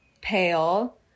pale